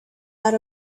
out